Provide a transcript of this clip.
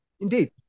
Indeed